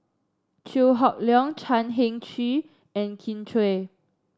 Chew Hock Leong Chan Heng Chee and Kin Chui